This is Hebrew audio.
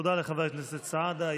תודה לחבר הכנסת סעדה.